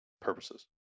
purposes